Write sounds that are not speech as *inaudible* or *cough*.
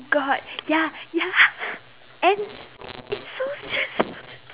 got ya ya *laughs* and it's so stressful